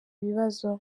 ibibazo